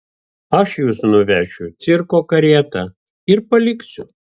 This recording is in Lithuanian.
aš jus nuvešiu cirko karieta ir paliksiu